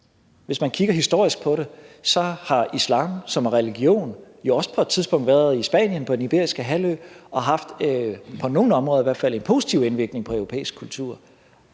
Hvis man kigger historisk på det, har religionen islam jo også på et tidspunkt været i Spanien, på Den Iberiske Halvø, og har i hvert fald på nogle områder haft en positiv indvirkning på europæisk kultur.